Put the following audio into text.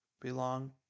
belong